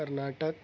Karnataka